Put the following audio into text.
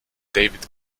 david